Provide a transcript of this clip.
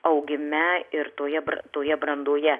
augime ir toje bran toje brandoje